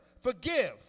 Forgive